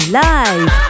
live